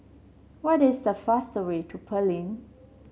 what is the fastest way to Berlin